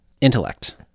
Intellect